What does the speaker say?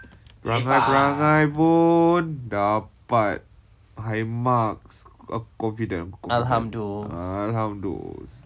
perangai-perangai pun dapat high marks ak~ aku confident aku confident alhamdullilah